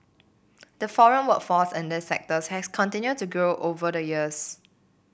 the foreign workforce in these sectors has continued to grow over the years